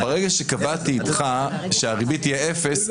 ברגע שקבעתי איתך שהריבית תהיה אפס,